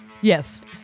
yes